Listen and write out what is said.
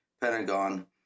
Pentagon